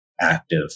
active